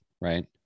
Right